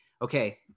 Okay